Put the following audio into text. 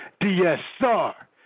DSR